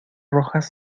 rojas